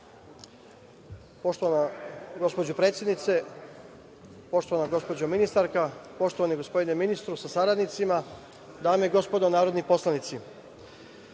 Linta** Gospođo predsednice, poštovana gospođo ministarka, poštovani gospodine ministre sa saradnicima, dame i gospodo narodni poslanici,